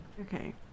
Okay